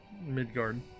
Midgard